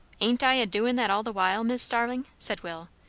ain't i a-doin' that all the while, mis' starling? said will,